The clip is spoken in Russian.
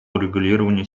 урегулированию